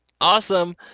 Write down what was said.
Awesome